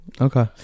Okay